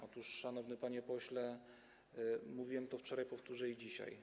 Otóż, szanowny panie pośle, mówiłem to wczoraj, powtórzę i dzisiaj.